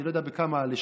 אני לא יודע בכמה לשנה,